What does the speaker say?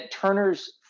Turner's